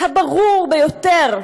הברור ביותר,